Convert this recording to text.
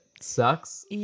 sucks